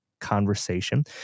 Conversation